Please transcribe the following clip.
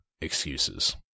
excuses